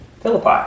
Philippi